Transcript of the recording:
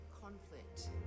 ...conflict